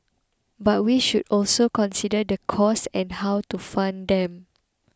but we should also consider the costs and how to fund them